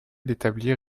d’établir